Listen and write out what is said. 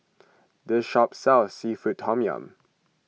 this shop sells Seafood Tom Yum